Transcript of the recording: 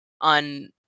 on